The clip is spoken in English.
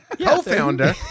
co-founder